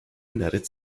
united